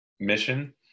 mission